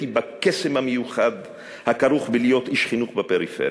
בקסם המיוחד הכרוך בלהיות איש חינוך בפריפריה.